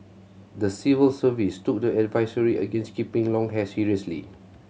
the civil service took the advisory against keeping long hair seriously